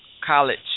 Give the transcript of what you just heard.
College